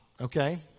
okay